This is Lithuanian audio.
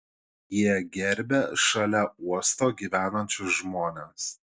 jie gerbia šalia uosto gyvenančius žmones